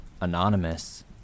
Anonymous